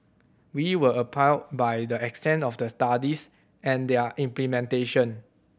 we were appalled by the extent of the studies and their implementation